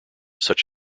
such